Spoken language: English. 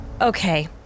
Okay